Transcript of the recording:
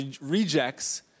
rejects